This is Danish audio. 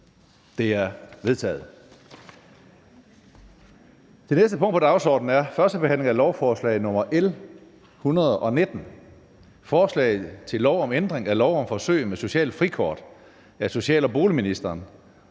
Det er vedtaget. --- Det næste punkt på dagsordenen er: 13) 1. behandling af lovforslag nr. L 119: Forslag til lov om ændring af lov om forsøg med et socialt frikort. (Forlængelse